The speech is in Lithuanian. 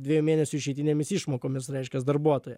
dviejų mėnesių išeitinėmis išmokomis reiškias darbuotoją